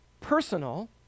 personal